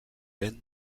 laine